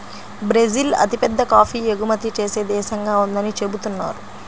Brazil అతిపెద్ద coffee ఎగుమతి చేసే దేశంగా ఉందని చెబుతున్నారు